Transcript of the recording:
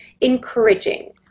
encouraging